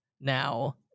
now